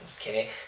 Okay